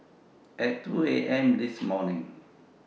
At two A M This morning